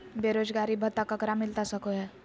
बेरोजगारी भत्ता ककरा मिलता सको है?